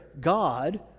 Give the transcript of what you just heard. god